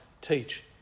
teach